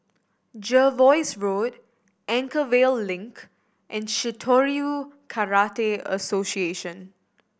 Jervois Road Anchorvale Link and Shitoryu Karate Association